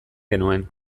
genuen